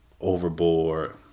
overboard